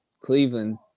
Cleveland